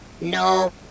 No